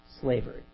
slavery